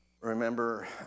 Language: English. Remember